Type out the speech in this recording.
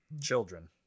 children